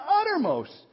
uttermost